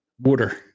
Water